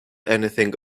anything